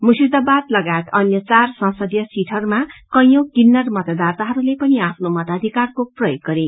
मुर्शिदाबाद लगायत अन्य चार संसदीय सिटहरूमा कैंयौ किन्नर मतदाताहरूले पनि आफ्नो मताधिकारको प्रयोग रे